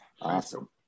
Awesome